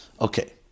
Okay